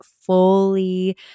fully